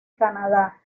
canadá